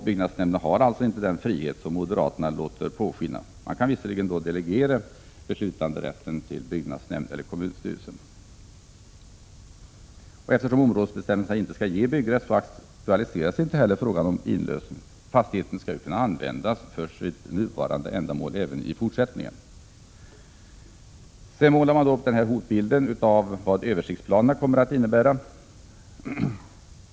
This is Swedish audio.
Byggnadsnämnderna har således inte den frihet som moderaterna låter påskina. Fullmäktige kan under vissa förutsättningar delegera beslutanderätten till byggnadsnämnden eller till kommunstyrelsen. Eftersom områdesbestämmelserna inte ger byggrätt aktualiseras inte frågan om inlösen. Fastigheten skall kunna användas för sitt nuvarande ändamål även i fortsättningen. Moderaterna målar sedan upp en hotbild av vad översiktsplanerna kommer att innebära.